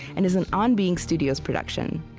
and is an on being studios production.